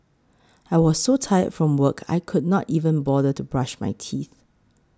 I was so tired from work I could not even bother to brush my teeth